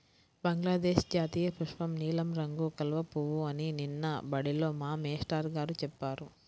బంగ్లాదేశ్ జాతీయపుష్పం నీలం రంగు కలువ పువ్వు అని నిన్న బడిలో మా మేష్టారు గారు చెప్పారు